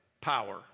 power